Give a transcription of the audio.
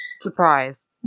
surprise